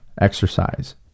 Exercise